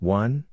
one